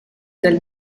del